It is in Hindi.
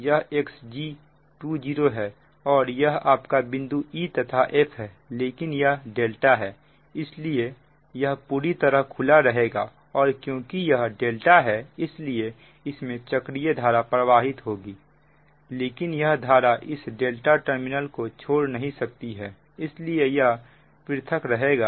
यह Xg20 है और यह आपका बिंदु e तथा f है लेकिन यह ∆ है इसलिए यह पूरी तरह खुला रहेगा और क्योंकि यह ∆ है इसलिए इसमें चक्रीय धारा प्रवाहित होगी लेकिन यह धारा इस ∆ टर्मिनल को छोड़ नहीं सकती है इसलिए यह पृथक रहेगा